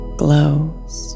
glows